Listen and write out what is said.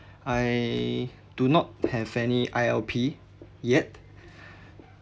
I do not have any I_L_P yet